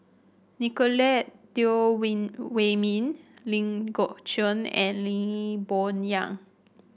Nicolette Teo Wei Wei Min Ling Geok Choon and Lee Boon Yang